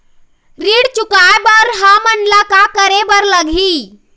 ऋण चुकाए बर हमन ला का करे बर लगही?